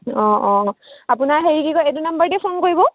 অঁ অঁ আপোনাৰ হেৰি কি কয় এইটো নাম্বাৰতে ফোন কৰিব